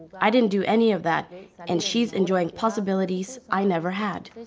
i didn't do any of that and she's enjoying possibilities i never had.